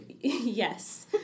Yes